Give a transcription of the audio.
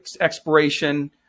expiration